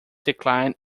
decline